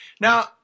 Now